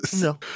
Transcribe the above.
No